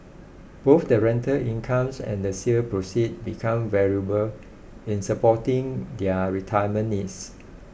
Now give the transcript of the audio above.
both the rental income and the sale proceeds become valuable in supporting their retirement needs